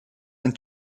ein